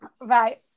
Right